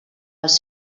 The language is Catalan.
els